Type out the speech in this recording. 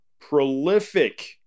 prolific